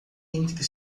entre